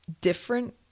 different